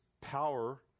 power